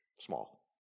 Small